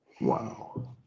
Wow